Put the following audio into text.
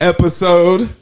Episode